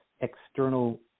external